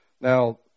Now